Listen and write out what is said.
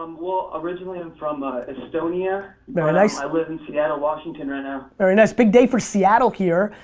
um originally, i'm from ah estonia. very nice. i live in seattle, washington right now. very nice. big day for seattle here.